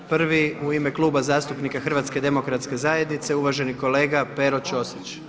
Prvi u ime Kluba zastupnika HDZ-a uvaženi kolega Pero Ćosić.